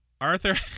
Arthur